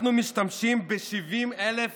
אנחנו משתמשים ב-70,000